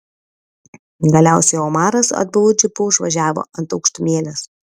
galiausiai omaras atbulu džipu užvažiavo ant aukštumėlės